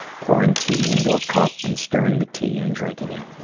pouring tea into a cup and stirring the tea and drinking it.